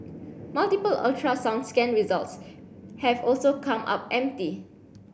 multiple ultrasound scan results have also come up empty